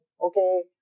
okay